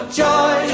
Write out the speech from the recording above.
joy